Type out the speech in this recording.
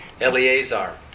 Eleazar